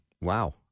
Wow